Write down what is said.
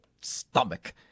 stomach